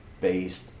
based